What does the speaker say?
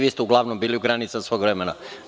Vi ste uglavnom bili u granicama svog vremena.